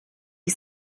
die